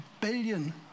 billion